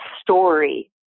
story